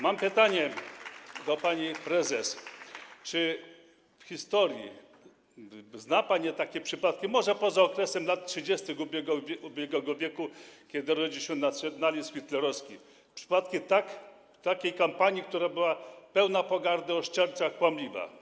Mam pytanie do pani prezes: Czy w historii zna pani takie przypadki, może poza okresem lat 30. ubiegłego wieku, kiedy rodził się nacjonalizm hitlerowski, przypadki takiej kampanii, która byłaby pełna pogardy, oszczercza, kłamliwa?